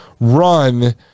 run